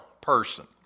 person